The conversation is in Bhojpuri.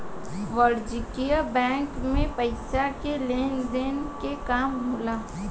वाणिज्यक बैंक मे पइसा के लेन देन के काम होला